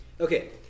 Okay